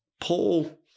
Paul